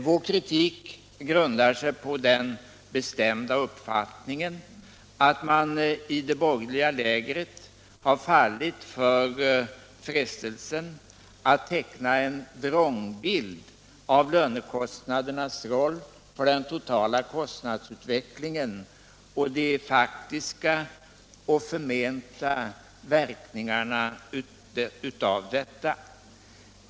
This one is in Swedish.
Vår kritik grundar sig på den bestämda uppfattningen att man i det borgerliga lägret har fallit för frestelsen att teckna en vrångbild av lönekostnadernas roll för den totala kostnadsutvecklingen och av de faktiska och förmenta verkningarna därav.